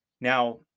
Now